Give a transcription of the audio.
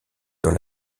dans